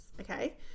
Okay